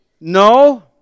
no